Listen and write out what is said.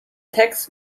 text